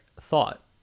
thought